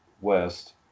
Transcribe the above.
West